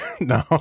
no